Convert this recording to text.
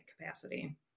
capacity